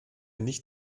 nicht